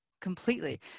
completely